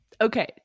Okay